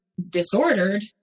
disordered